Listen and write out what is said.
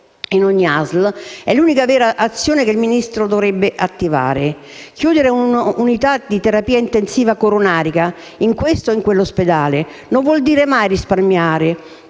in ogni ASL, è l'unica vera azione che il Ministero dovrebbe attivare. Chiudere una unità di terapia intensiva coronarica, in questo o quell'ospedale, non vuol mai dire risparmiare;